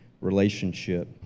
relationship